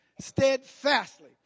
steadfastly